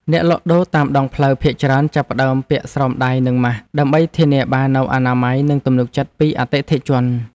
អ្នកលក់ដូរតាមដងផ្លូវភាគច្រើនចាប់ផ្តើមពាក់ស្រោមដៃនិងម៉ាស ដើម្បីធានាបាននូវអនាម័យនិងទំនុកចិត្តពីអតិថិជន។